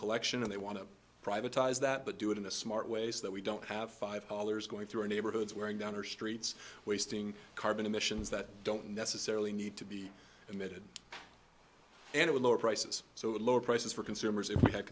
collection and they want to privatized that but do it in a smart ways that we don't have five dollars going through neighborhoods wearing down or streets wasting carbon emissions that don't necessarily need to be emitted and with lower prices so lower prices for consumers if we had